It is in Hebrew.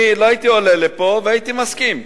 לא הייתי עולה לפה והייתי מסכים,